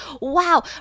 wow